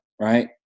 right